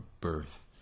birth